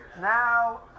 Now